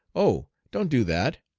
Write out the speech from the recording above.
oh, don't do that.